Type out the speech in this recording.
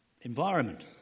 environment